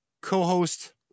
co-host